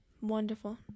Wonderful